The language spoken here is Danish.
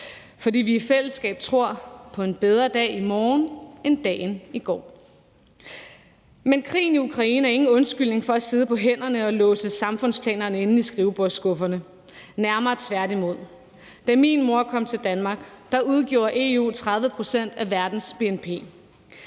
fordi vi i fællesskab tror på en bedre dag i morgen end dagen i går. Men krigen i Ukraine er ingen undskyldning for at sidde på hænderne og låse samfundsplanerne ned i skrivebordsskufferne, nærmere tværtimod. Da min mor kom til Danmark, stod EU for 30 pct. af verdens bnp.